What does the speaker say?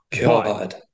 God